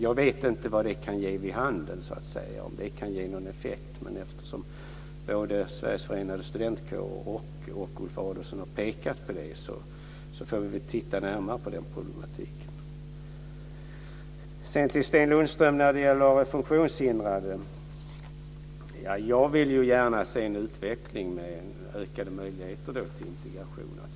Jag vet inte vad det kan ge vid handen, om det kan ge någon effekt, men eftersom både Sveriges Förenade Studentkårer och Ulf Adelsohn har pekat på det får vi titta närmare på den problematiken. Sedan vill jag säga till Sten Lundström när det gäller funktionshindrade att jag gärna vill se en utveckling med ökade möjligheter till integration.